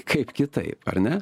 kaip kitaip ar ne